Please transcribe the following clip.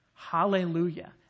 Hallelujah